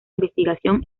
investigación